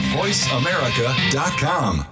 voiceamerica.com